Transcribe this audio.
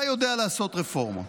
אתה יודע לעשות רפורמות.